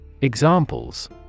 Examples